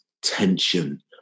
tension